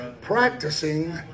Practicing